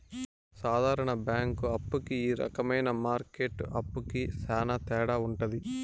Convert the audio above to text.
సాధారణ బ్యాంక్ అప్పు కి ఈ రకమైన మార్కెట్ అప్పుకి శ్యాన తేడా ఉంటది